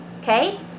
okay